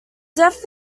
depth